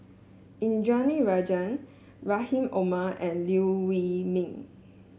Indranee Rajah Rahim Omar and Liew Wee Mee